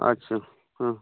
ᱟᱪᱪᱷᱟ ᱦᱮᱸ